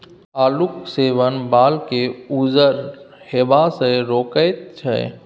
आलूक सेवन बालकेँ उज्जर हेबासँ रोकैत छै